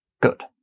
good